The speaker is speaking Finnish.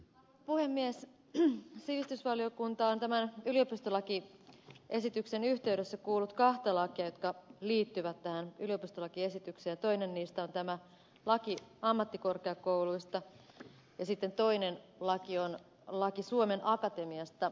sivistysvaliokunta on tämän yliopistolakiesityksen yhteydessä kuullut kahta lakia jotka liittyvät tähän yliopistolakiesitykseen ja toinen niistä on tämä laki ammattikorkeakouluista ja sitten toinen on laki suomen akatemiasta